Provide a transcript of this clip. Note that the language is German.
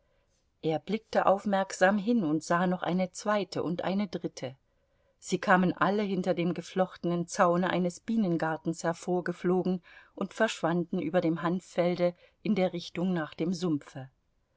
er blickte aufmerksam hin und sah noch eine zweite und eine dritte sie kamen alle hinter dem geflochtenen zaune eines bienengartens hervorgeflogen und verschwanden über dem hanffelde in der richtung nach dem sumpfe